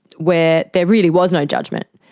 where there really was no judgement.